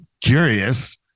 curious